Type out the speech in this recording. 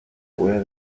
pueda